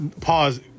Pause